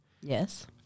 Yes